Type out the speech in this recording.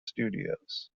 studios